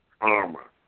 Armor